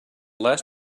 last